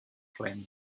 flame